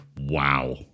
wow